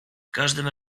każdym